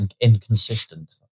inconsistent